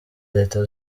leta